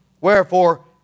Wherefore